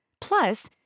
Plus